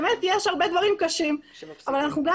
יש באמת הרבה דברים קשים אבל אנחנו גם